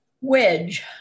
wedge